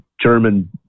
German